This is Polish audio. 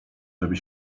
żeby